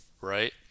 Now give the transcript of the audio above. right